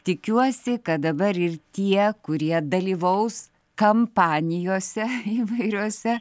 tikiuosi kad dabar ir tie kurie dalyvaus kampanijose įvairiose